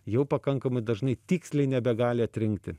jau pakankamai dažnai tiksliai nebegali atrinkti